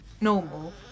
normal